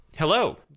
Hello